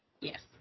Yes